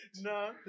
No